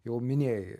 jau minėjai